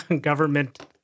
government